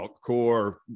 core